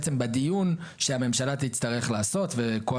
בעצם בדיון שהממשלה תצטרך לעשות וכל